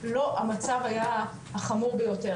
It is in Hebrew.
המצב היה החמור ביותר,